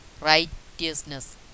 righteousness